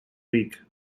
week